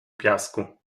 piasku